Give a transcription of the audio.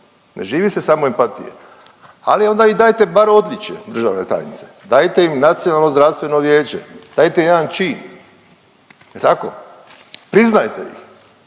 ne živi se samo empatije ali onda im dajete bar odličje državna tajnice. Dajte im nacionalno zdravstveno vijeće, dajte im jedan čin, jel tako, priznajte ih.